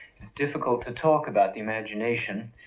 it's difficult to talk about the imagination.